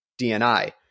DNI